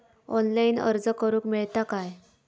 Online अर्ज करूक मेलता काय?